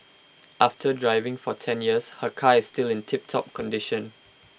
after driving for ten years her car is still in tiptop condition